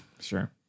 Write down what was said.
Sure